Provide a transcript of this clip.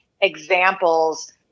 examples